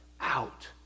out